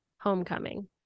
Homecoming